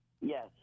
Yes